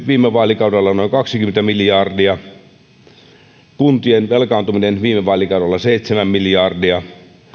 viime vaalikaudella noin kaksikymmentä miljardia kuntien velkaantuminen viime vaalikaudella oli seitsemän miljardia